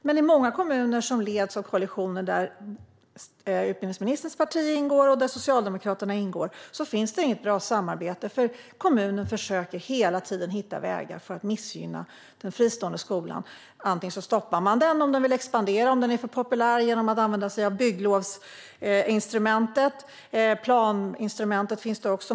Men i kommuner som leds av koalitioner där utbildningsministerns parti och Socialdemokraterna ingår finns det inget bra samarbete, för kommunerna försöker hela tiden hitta vägar för att missgynna den fristående skolan. Antingen stoppar man den, om den vill expandera och är för populär, genom att använda sig av plan och bygglovsinstrumentet.